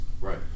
Right